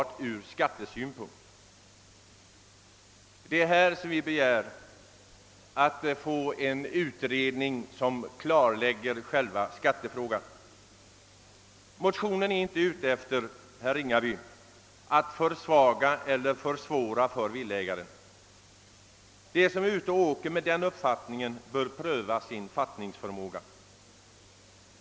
Vad vi begär är en utredning som klarlägger själva skattefrågan. Motionärerna är inte, herr Ringaby, ute efter att försvaga villaägarnas ställning eller att göra det svårare för dem. De som har fått den uppfattningen bör nog pröva sin fattningsförmåga.